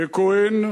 ככוהן,